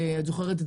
את זוכרת,